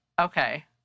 Okay